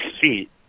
feet